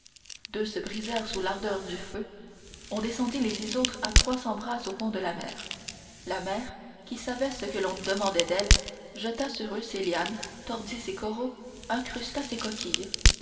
deux se brisèrent sous l'ardeur du feu on descendit les dix autres à trois cents brasses au fond de la mer la mer qui savait ce que l'on demandait d'elle jeta sur eux ses lianes tordit ses coraux incrusta ses coquilles